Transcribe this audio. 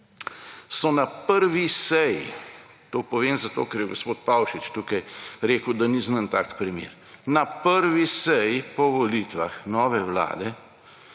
so na prvi seji ‒ to povem zato, ker je gospod Pavšič tukaj rekel, da ni znan tak primer ‒, na prvi seji po volitvah nove vlade